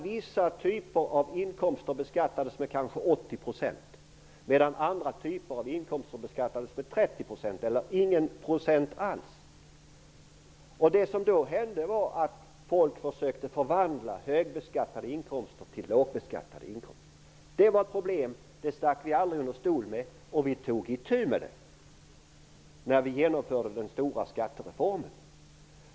Vissa typer av inkomster beskattades med kanske 80 % medan andra typer av inkomster beskattades med 30 % eller inte med någon procent alls. Det som då hände var att folk försökte förvandla högbeskattade inkomster till lågbeskattade inkomster. Det var ett problem, och det stack vi aldrig under stol med. Vi tog itu med problemet när vi genomförde den stora skattereformen.